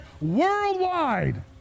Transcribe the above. worldwide